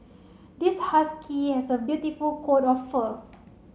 this husky has a beautiful coat of fur